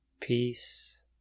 peace